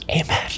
Amen